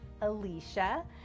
Alicia